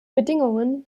bedingungen